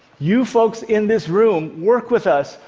you folks in this room, work with us.